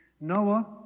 Noah